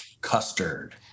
custard